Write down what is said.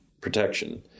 protection